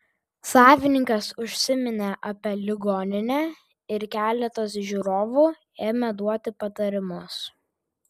savininkas užsiminė apie ligoninę ir keletas žiūrovų ėmė duoti patarimus